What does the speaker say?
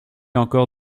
encore